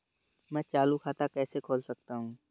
मैं चालू खाता कैसे खोल सकता हूँ?